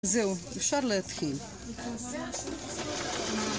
זהו, אפשר להתחיל.